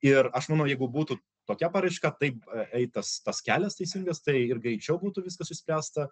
ir aš manau jeigu būtų tokia paraiška taip a eitas tas kelias teisingas tai ir greičiau būtų viskas išspręsta